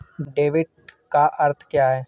Debit का अर्थ क्या है?